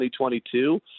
2022